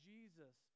Jesus